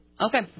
Okay